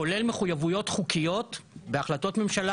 כולל מחויבויות חוקיות בהחלטות ממשלה